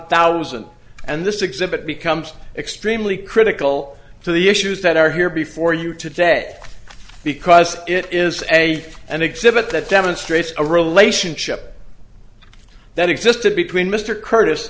thousand and this exhibit becomes extremely critical to the issues that are here before you today because it is a an exhibit that demonstrates a relationship that existed between mr curtis